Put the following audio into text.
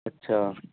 اچھا